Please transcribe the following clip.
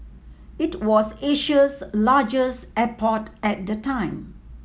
it was Asia's largest airport at the time